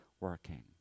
working